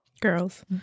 Girls